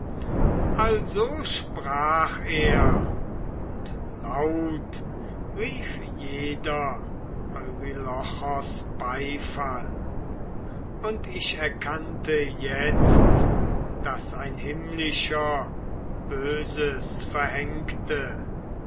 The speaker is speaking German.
also sprach er und laut rief jeder eurylochos beifall und ich erkannte jetzt daß ein himmlischer böses verhängte